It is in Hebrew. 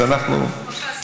השר.